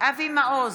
אבי מעוז,